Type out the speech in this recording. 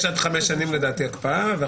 יש עד חמש שנים לדעתי הקפאה.